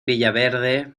villaverde